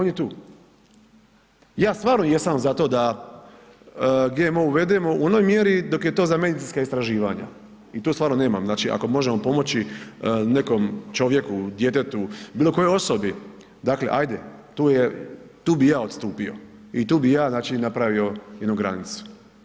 I ja stvarno jesam za to da GMO uvedemo u onoj mjeri dok je to za medicinska istraživanja i to stvarno nemam, znači ako možemo pomoći nekom čovjeku, djetetu, bilokojoj osobi, dakle ajde, tu bi ja odstupio i tu bi ja napravio jednu granicu.